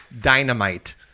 Dynamite